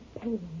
pain